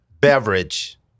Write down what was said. Beverage